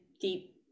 deep